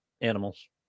animals